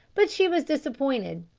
but she was disappointed.